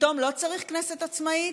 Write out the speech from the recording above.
פתאום לא צריך כנסת עצמאית?